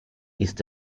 ist